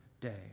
day